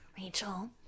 rachel